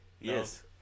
Yes